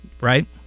Right